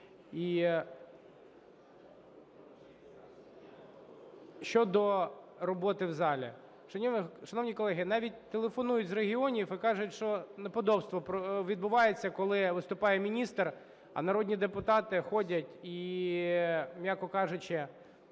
щодо роботи в залі. Шановні колеги, навіть телефонують з регіонів і кажуть, що неподобство відбувається, коли виступає міністр, а народні депутати ходять і, м'яко кажучи,